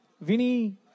Vinny